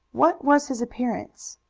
what was his appearance?